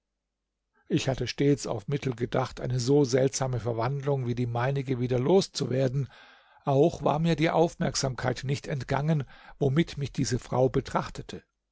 ich hatte stets auf mittel gedacht eine so seltsame verwandlung wie die meinige wieder los zu werden auch war mir die aufmerksamkeit nicht entgangen womit mich diese frau betrachtete